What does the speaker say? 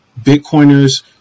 Bitcoiners